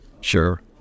Sure